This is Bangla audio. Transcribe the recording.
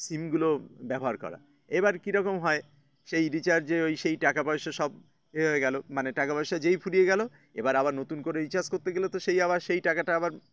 সিমগুলো ব্যবহার করা এবার কীরকম হয় সেই রিচার্জে ওই সেই টাকা পয়সা সব হয়ে গেলো মানে টাকা পয়সা যেই ফুরিয়ে গেলো এবার আবার নতুন করে রিচার্জ করতে গেলে তো সেই আবার সেই টাকাটা আবার